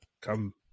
come